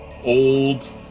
old